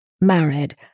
married